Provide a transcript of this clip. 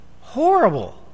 horrible